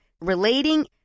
relating